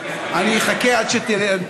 אני אחכה שתלך.